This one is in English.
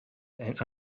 and